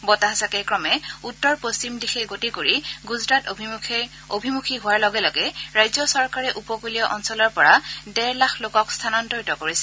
বতাহজাকে ক্ৰমে উত্তৰ পশ্চিম দিশে গতি কৰি গুজৰাট অভিমুখী হোৱাৰ লগে লগে ৰাজ্য চৰকাৰে উপকূলীয় অঞ্চলৰ পৰা ডেৰ লাখ লোকক স্থানান্তৰিত কৰিছে